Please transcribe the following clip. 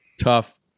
tough